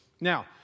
Now